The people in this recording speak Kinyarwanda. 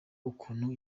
ukuntu